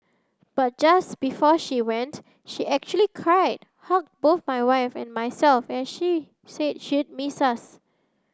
but just before she went she actually cried hugged both my wife and myself and she said she'd miss us